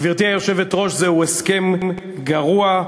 גברתי היושבת-ראש, זהו הסכם גרוע.